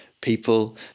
people